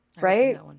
Right